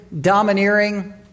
domineering